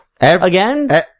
Again